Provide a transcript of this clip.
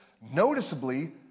noticeably